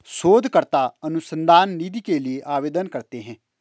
शोधकर्ता अनुसंधान निधि के लिए आवेदन करते हैं